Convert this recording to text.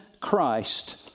Christ